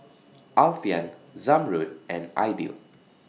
Alfian Zamrud and Aidil